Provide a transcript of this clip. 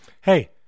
Hey